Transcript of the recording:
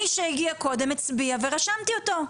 מי שהגיע קודם, הצביע ורשמתי אותו.